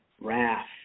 Wrath